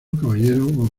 caballero